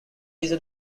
easy